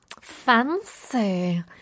Fancy